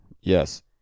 Yes